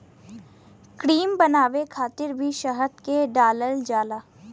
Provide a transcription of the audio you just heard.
cream बनावे खातिर भी शहद के डालल जाला